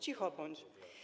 Cicho bądź.